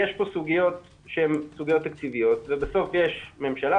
יש כאן סוגיות תקציביות ובסוף יש ממשלה,